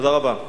תודה רבה.